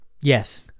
Yes